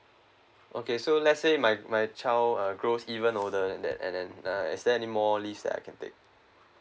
okay so let's say my my child uh grows even older than that and then uh is there any more leaves that I can take